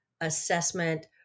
assessment